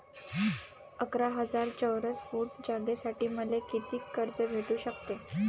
अकरा हजार चौरस फुट जागेसाठी मले कितीक कर्ज भेटू शकते?